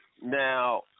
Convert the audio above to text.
Now